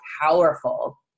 powerful